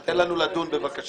אז תן לנו לדון בבקשה,